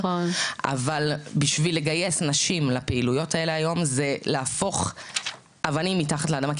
אבל בשביל לגייס נשים לפעילויות האלה היום זה להפוך אבנים מתחת לאדמה,